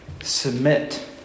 submit